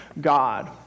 God